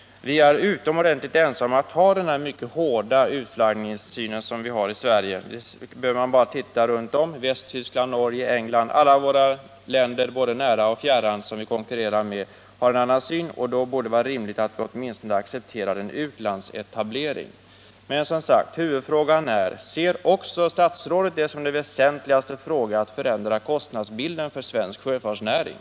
Vi är i Sverige utomordentligt ensamma om vår mycket hårda utflaggningssyn. Man behöver bara titta runt om i Västtyskland, Norge, England. Alla länder både nära och fjärran som vi konkurrerar med har en annan syn. Därför borde det vara rimligt att vi åtminstone accepterar en utlandsetablering. Men, som sagt, huvudfrågan är: Ser också statsrådet det som det väsentligaste att förändra kostnadsbilden för svensk sjöfartsnäring?